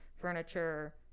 furniture